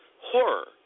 horror